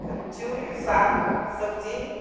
कञ्चू साग सब्जी